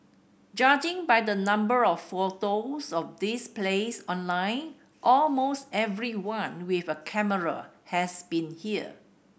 judging by the number of photos of this place online almost everyone with a camera has been here